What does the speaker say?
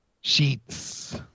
sheets